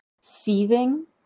seething